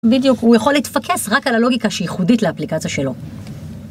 בדיוק, הוא יכול להתפקס רק על הלוגיקה שייחודית לאפליקציה שלו.